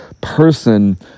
person